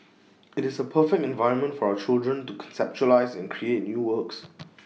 IT is A perfect environment for our children to conceptualise and create new works